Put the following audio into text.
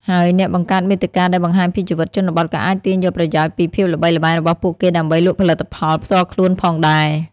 ហើយអ្នកបង្កើតមាតិកាដែលបង្ហាញពីជីវិតជនបទក៏អាចទាញយកប្រយោជន៍ពីភាពល្បីល្បាញរបស់ពួកគេដើម្បីលក់ផលិតផលផ្ទាល់ខ្លួនផងដែរ។